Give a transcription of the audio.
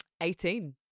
Eighteen